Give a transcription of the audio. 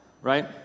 right